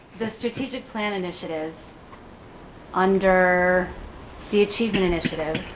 the strategic plan initiatives under the achievement initiative,